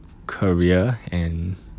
career and